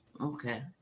Okay